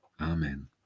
Amen